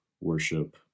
worship